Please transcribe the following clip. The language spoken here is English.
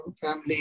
family